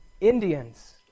Indians